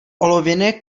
olověné